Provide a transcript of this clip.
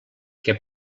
què